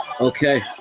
Okay